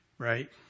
Right